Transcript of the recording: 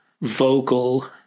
vocal